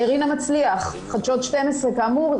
כאמור,